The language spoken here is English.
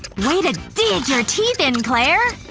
way to dig your teeth in, clair!